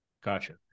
gotcha